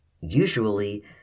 usually